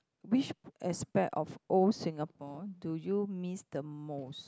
which aspect of old Singapore do you miss the most